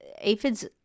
Aphids